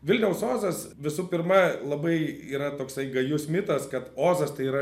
vilniaus ozas visų pirma labai yra toksai gajus mitas kad ozas tai yra